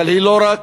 אבל היא לא רק,